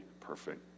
perfect